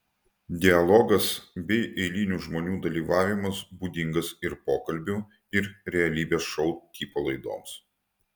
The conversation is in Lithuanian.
dialogas bei eilinių žmonių dalyvavimas būdingas ir pokalbių ir realybės šou tipo laidoms